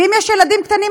ואם יש ילדים קטנים,